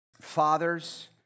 fathers